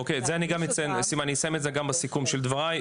אוקיי את זה אני גם אציין בסיכום של דבריי.